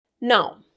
Now